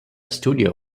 studio